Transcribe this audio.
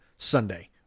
Sunday